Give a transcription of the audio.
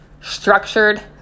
structured